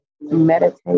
meditate